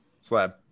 Slab